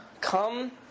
come